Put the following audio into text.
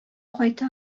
кайта